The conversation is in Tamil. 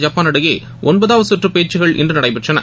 ஜப்பான் இடையே ஒன்பதாவது சுற்று பேச்சுகள் இன்று நடைபெற்றன